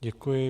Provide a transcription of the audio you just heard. Děkuji.